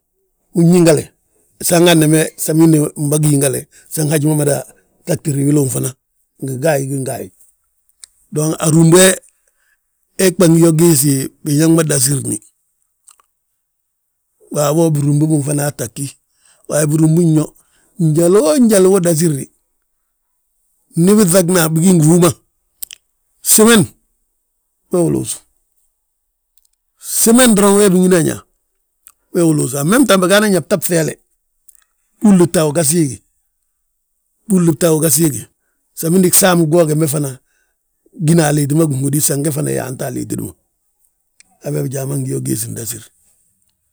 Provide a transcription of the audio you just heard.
Unyingale, san handembe samindi wi mbagi yingale, san haji ma mada ŧagtiri wili unfana, ngi gaayi ngi gaayi; Dong arúbi he, hegba gi yo giisi, biñaŋ ma dasirini, waabo birúbi binfana taa ggí. Waaye birúbin yo, njaloo njal wo dasirini ndi biŧagna bigi ngi hú ma somen, we uluusu. Somen doroŋ wee wi bigina ñaa, we uluusu amem taŋ bigaana ñaa bta ŧeele, ɓúuli bta uga siigi, ɓúuli bta uga siigi, samindi gsaam gwoo gembe fana, gina a liiti ma ginhódi san ge fana yaanta a liitidi ma. Habe bjaa ma ngi yo giisi ndasír.